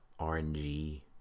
RNG